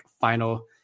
final